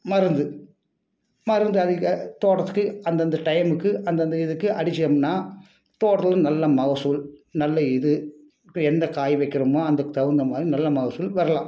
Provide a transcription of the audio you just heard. மருந்து மருந்து அடிக்க தோட்டத்துக்கு அந்தந்த டைமுக்கு அந்தந்த இதுக்கு அடித்தோம்னா தோட்டத்தில் நல்ல மகசூல் நல்ல இது அப்புறம் எந்த காய் வைக்கிறோமோ அதுக்கு தகுந்த மாதிரி நல்ல மகசூல் வரலாம்